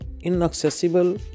Inaccessible